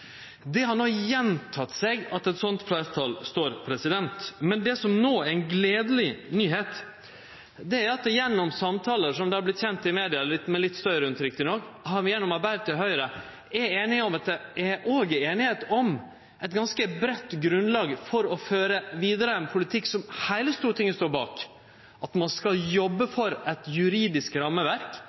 Det har no gjenteke seg at det er eit slikt fleirtal. Men det som no er ei gledeleg nyheit, er at det gjennom samtaler – som det har vorte kjent i media, med litt støy rundt riktig nok – mellom Arbeidarpartiet og Høgre også er einigheit om eit ganske breitt grunnlag for å føre vidare ein politikk som heile Stortinget står bak: at ein skal jobbe for eit juridisk rammeverk,